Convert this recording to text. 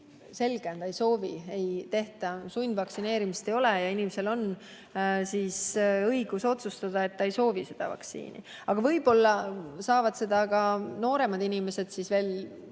ta ei soovi. Meil sundvaktsineerimist ei ole ja inimesel on õigus otsustada, et ta ei soovi seda vaktsiini. Aga võib-olla saavad siin ka nooremad inimesed neid veel